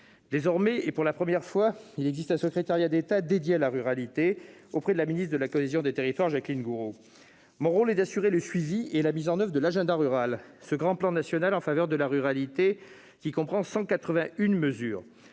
Désormais, et pour la première fois, il existe un secrétariat d'État dédié à la ruralité, auprès de la ministre de la cohésion des territoires, Jacqueline Gourault. Mon rôle est d'assurer le suivi et la mise en oeuvre de l'« agenda rural », ce grand plan national en faveur de la ruralité, qui comprend 181 mesures.